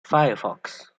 firefox